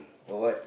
or what